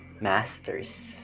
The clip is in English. masters